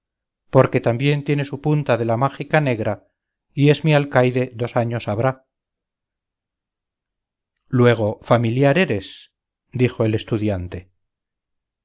porque también tiene su punta de la mágica negra y es mi alcaide dos años habrá luego familiar eres dijo el estudiante